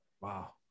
Wow